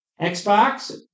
Xbox